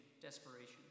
desperation